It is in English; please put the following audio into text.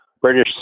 British